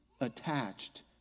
attached